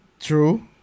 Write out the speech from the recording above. true